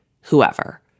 whoever